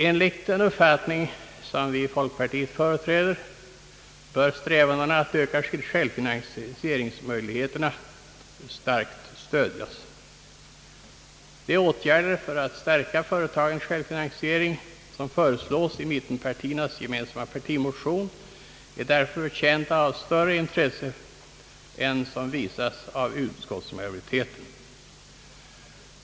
Enligt den uppfattning vi i folkpartiet företräder bör strävandena att öka självfinansieringsmöjligheterna på allt sätt stödjas. De åtgärder för att stärka företagens självfinansiering som föreslås i mittenpartiernas gemensamma partimotion förtjänar därför större intresse än som visas av utskottsmajoriteten.